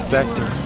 Vector